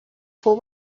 fou